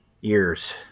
years